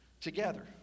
together